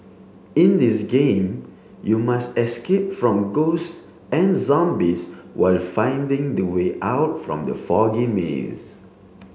in this game you must escape from ghosts and zombies while finding the way out from the foggy maze